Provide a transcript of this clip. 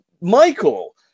michael